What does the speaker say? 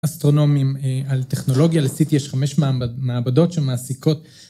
‫אסטרונומים על טכנולוגיה. ‫לסיט יש חמש מעבדות שמעסיקות...